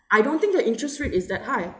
I don't think that interest rate is that high